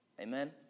Amen